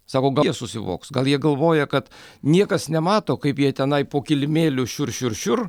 sako gal jie susivoks gal jie galvoja kad niekas nemato kaip jie tenai po kilimėliu šiur šiur šiur